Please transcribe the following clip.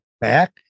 back